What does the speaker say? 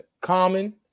common